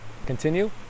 continue